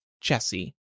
Jesse